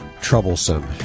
troublesome